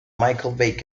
michael